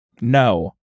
No